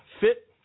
fit